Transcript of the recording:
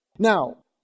Now